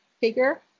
figure